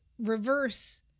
Reverse